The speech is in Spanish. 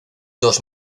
dos